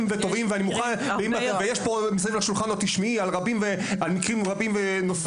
וטובים ואני מוכן ויש פה מסביב לשולחן עוד תשמעי על מקרים רבים ונוספים.